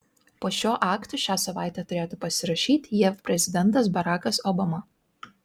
po šiuo aktu šią savaitę turėtų pasirašyti jav prezidentas barakas obama